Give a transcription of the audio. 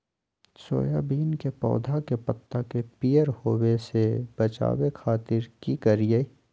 Soybean के पौधा के पत्ता के पियर होबे से बचावे खातिर की करिअई?